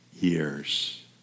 years